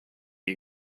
you